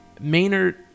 Maynard